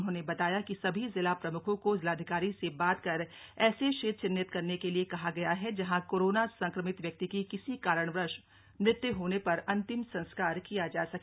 उन्होंने बताया कि सभी जिला प्रम्खों को जिलाधिकारी से बात कर ऐसे क्षेत्र चिह्नित करने के लिये कहा गया है जहां कोरोना संक्रमित व्यक्ति की किसी कारणवश मृत्यु होने पर अंतिम संस्कार किया जा सके